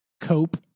cope